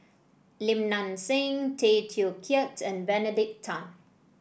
Lim Nang Seng Tay Teow Kiat and Benedict Tan